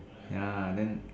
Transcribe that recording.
ya then